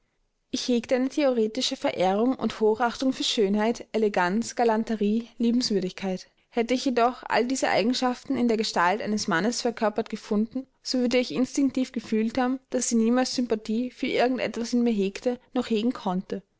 ich hegte eine theoretische verehrung und hochachtung für schönheit eleganz galanterie liebenswürdigkeit hätte ich jedoch all diese eigenschaften in der gestalt eines mannes verkörpert gefunden so würde ich instinktiv gefühlt haben daß sie niemals sympathie für irgend etwas in mir hegte noch hegen konnte